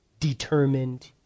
determined